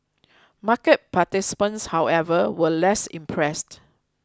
market participants however were less impressed